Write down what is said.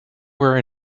were